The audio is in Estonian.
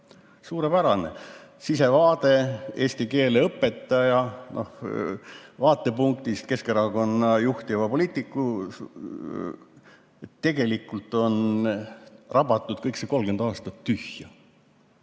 Suurepärane! Sisevaade eesti keele õpetaja vaatepunktist Keskerakonna juhtiva poliitiku suust. Tegelikult on rabatud kõik see 30 aastat tühja,